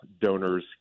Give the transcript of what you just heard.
donors